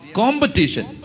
competition